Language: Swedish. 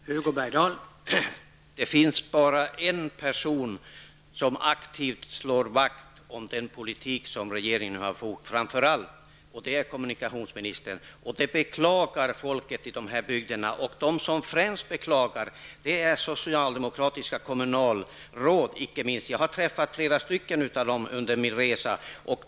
Herr talman! Det finns bara en person som aktivt slår vakt om den politik som regeringen nu driver, och det är kommunikationsministern. Det beklagar människorna i dessa bygder, och de som främst beklagar det är icke minst socialdemokratiska kommunalråd. Jag har under min resa träffat flera av dem. De har klappat mig på axeln.